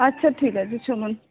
আচ্ছা ঠিক আছে শুনুন